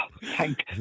Thank